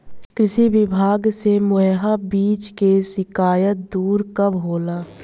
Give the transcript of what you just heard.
कृषि विभाग से मुहैया बीज के शिकायत दुर कब होला?